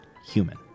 Human